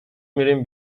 میریم